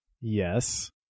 Yes